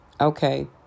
Okay